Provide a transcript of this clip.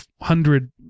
hundred